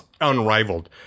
unrivaled